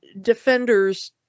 defenders